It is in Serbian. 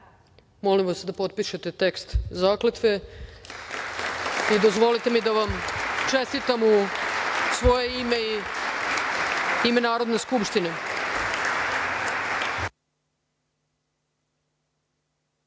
vas da potpišete tekst zakletve. Dozvolite mi da vam čestitam u svoje ime i ime Narodne skupštine. Reč